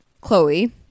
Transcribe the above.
Chloe